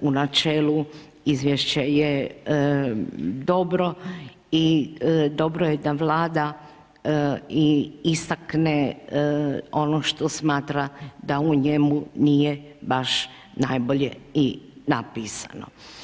u načelu izvješća je dobro i dobro je da vlada i istakne ono što smatra da u njemu nije baš najbolje i napisano.